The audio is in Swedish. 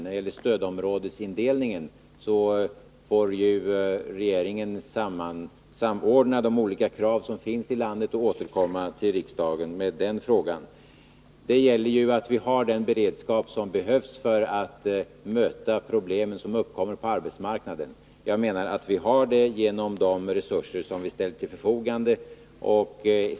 När det gäller stödområdesindelningen får regeringen samordna de olika krav som finns i landet och sedan återkomma till riksdagen i den frågan. Det gäller att vi har den beredskap som behövs för att möta problem som uppkommer på arbetsmarknaden. Jag anser att vi har det genom de resurser som vi ställt till förfogande.